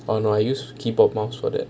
oh no I use keyboard mouse for that